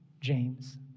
James